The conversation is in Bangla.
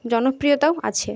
জনপ্রিয়তাও আছে